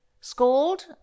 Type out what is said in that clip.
Scald